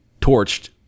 torched